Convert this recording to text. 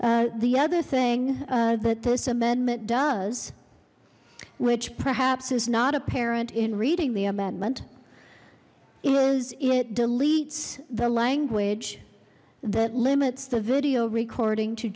amendment the other thing that this amendment does which perhaps is not apparent in reading the amendment is it deletes the language that limits the video recording to